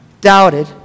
doubted